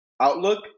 outlook